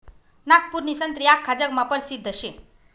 नागपूरनी संत्री आख्खा जगमा परसिद्ध शे